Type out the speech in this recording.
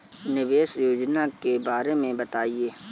निवेश योजना के बारे में बताएँ?